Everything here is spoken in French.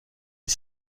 est